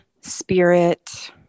spirit